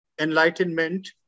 Enlightenment